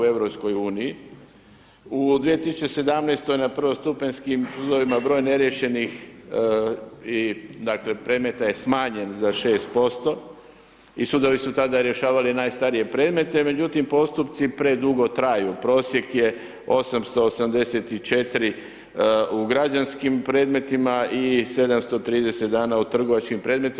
U 2017. na prvostupanjskim sudovima broj neriješenih, dakle, predmeta je smanjen za 6% i sudovi su tada rješavali najstarije predmete, međutim, postupci predugo traju, prosjek je 884 u građanskim predmetima i 730 dana u trgovačkim predmetima.